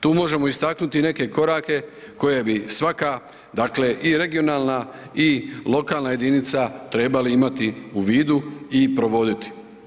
Tu možemo istaknuti i neke korake koje bi svaka dakle i regionalna i lokalna jedinica trebali imati u vidu i provoditi.